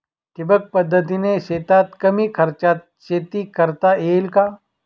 ठिबक पद्धतीने शेतात कमी खर्चात शेती करता येईल का?